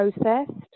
processed